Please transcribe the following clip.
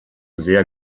sehr